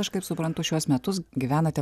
aš kaip suprantu šiuos metus gyvenate